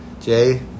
jay